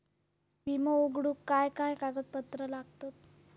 विमो उघडूक काय काय कागदपत्र लागतत?